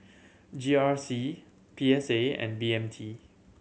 G R C P S A and B M T